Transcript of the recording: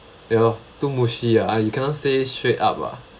ya lor too mushy ah ah you cannot say straight up lah